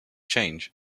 change